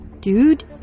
Dude